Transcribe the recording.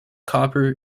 copper